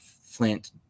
flint